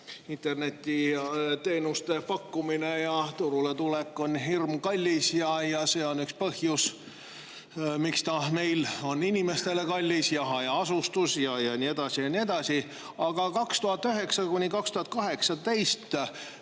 internetiteenuste pakkumine ja turule tulek on hirmkallis ja see on üks põhjus, miks see on meie inimestele kallis, hajaasustus ja nii edasi. Aga aastatel 2009–2018